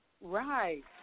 Right